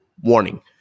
Warning